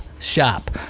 Shop